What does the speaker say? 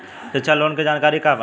शिक्षा लोन के जानकारी का बा?